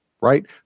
right